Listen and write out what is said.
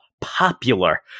popular